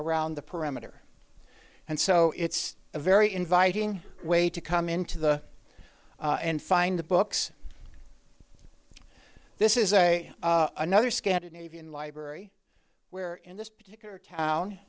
around the perimeter and so it's a very inviting way to come into the and find the books this is a another scandinavian library where in this particular town